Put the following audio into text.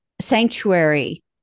sanctuary